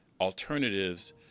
alternatives